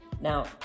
Now